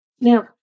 Now